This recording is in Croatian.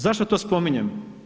Zašto to spominjem?